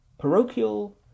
parochial